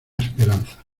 esperanza